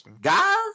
guys